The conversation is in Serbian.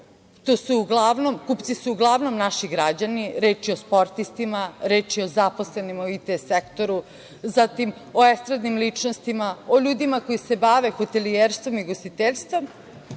nivou. Kupci su uglavnom naši građani. Reč je o sportistima, reč je o zaposlenima IT sektoru, zatim o estradnim ličnostima, o ljudima koji se bave hotelijerstvom i ugostiteljstvom,